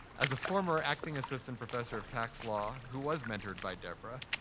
as a former acting assistant professor of tax law who was mentored by deborah,